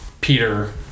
Peter